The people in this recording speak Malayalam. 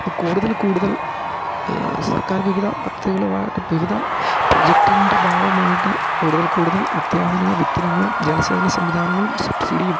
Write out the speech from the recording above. അപ്പം കൂടുതല് കൂടുതൽ സർക്കാർ വിവിധ പദ്ധതികൾ വിവിധ പ്രൊജക്റ്റിൻ്റെ ഭാഗമായിട്ട് കൂടുതൽ കൂടുതൽ അത്യാധുനിക വിത്തിനങ്ങളും ജലസേചന സംവിധാനങ്ങളും സബ്സിഡിയും